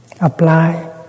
apply